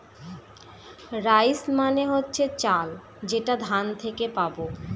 rice মানে হচ্ছে চাল যেটা ধান থেকে পাবো